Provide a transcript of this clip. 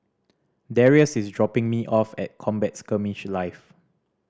Darrius is dropping me off at Combat Skirmish Live